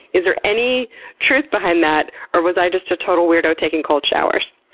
is there any truth behind that or was i just a total weirdo taking cold showers?